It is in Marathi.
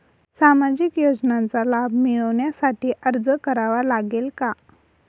सामाजिक योजनांचा लाभ मिळविण्यासाठी अर्ज करावा लागेल का?